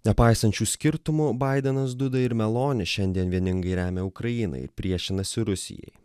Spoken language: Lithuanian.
nepaisant šių skirtumų baidenas duda ir meloni šiandien vieningai remia ukrainą ir priešinasi rusijai